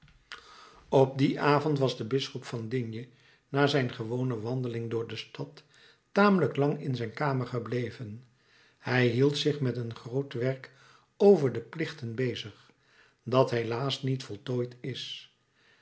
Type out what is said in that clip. op dien avond was de bisschop van digne na zijn gewone wandeling door de stad tamelijk lang in zijn kamer gebleven hij hield zich met een groot werk over de plichten bezig dat helaas niet voltooid is